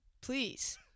Please